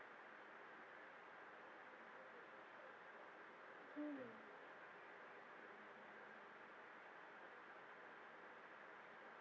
mm